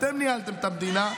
אתם ניהלתם את המדינה,